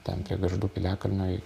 ten prie gargždų piliakalnio iki